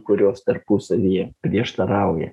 kurios tarpusavyje prieštarauja